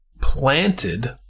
Planted